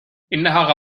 إنها